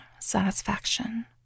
satisfaction